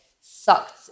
sucked